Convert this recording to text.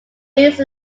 use